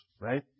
right